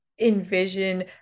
envision